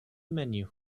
menu